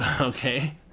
okay